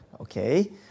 okay